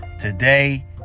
today